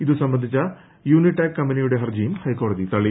ഇതു സംബന്ധിച്ച യൂണിടാക് കമ്പനിയുടെ ഹർജിയും ഹൈക്കോടതി തള്ളി